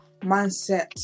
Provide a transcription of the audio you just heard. mindset